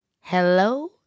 Hello